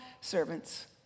servants